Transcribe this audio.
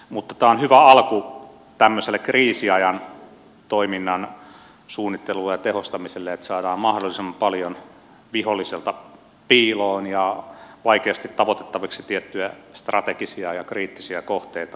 mutta tämä on hyvä alku tämmöiselle kriisiajan toiminnan suunnittelulle ja tehostamiselle että saadaan mahdollisimman paljon viholliselta piiloon ja vaikeasti tavoitettaviksi tiettyjä strategisia ja kriittisiä kohteita